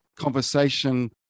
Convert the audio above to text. conversation